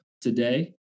today